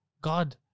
God